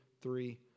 three